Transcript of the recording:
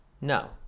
No